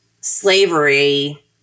slavery